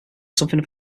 something